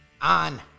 on